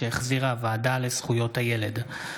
שהחזירה הוועדה לזכויות הילד.